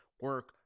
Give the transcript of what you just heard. Work